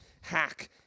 hack